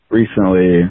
recently